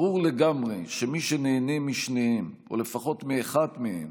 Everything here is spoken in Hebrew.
ברור לגמרי שמי שנהנה משניהם, או לפחות מאחד מהם,